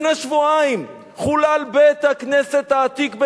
לפני שבועיים חולל בית-הכנסת העתיק בנערן.